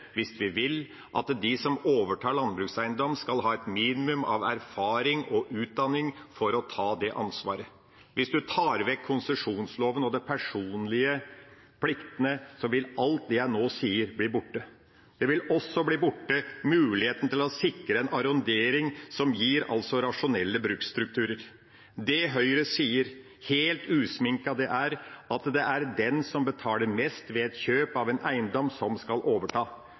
hvis vi vil – at de som overtar landbrukseiendom, skal ha et minimum av erfaring og utdanning for å kunne ta det ansvaret. Hvis en tar vekk konsesjonsloven og de personlige pliktene, vil alt det jeg nå sier, bli borte. Det vil også muligheten til å sikre en arrondering som gir rasjonelle bruksstrukturer, bli. Det Høyre sier, helt usminket, er at det er den som betaler mest ved et kjøp av en eiendom, som skal overta.